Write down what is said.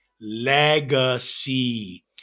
legacy